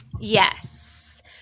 Yes